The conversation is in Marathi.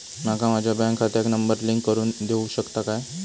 माका माझ्या बँक खात्याक नंबर लिंक करून देऊ शकता काय?